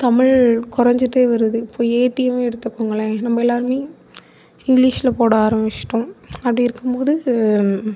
தமிழ் கொறைஞ்சிட்டே வருது இப்போ ஏடிஎம்மை எடுத்துகோங்களேன் நம்ம எல்லாரும் இங்கிலீஷில் போட ஆரம்பிச்சுட்டோம் அப்படி இருக்கும் போது